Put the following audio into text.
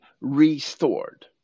restored